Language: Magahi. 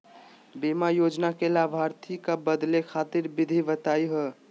बीमा योजना के लाभार्थी क बदले खातिर विधि बताही हो?